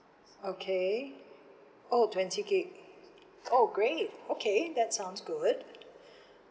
okay oh twenty G_B oh great okay that sounds good